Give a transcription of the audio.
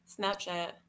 Snapchat